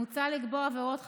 מוצע לקבוע עבירות חדשות,